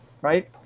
Right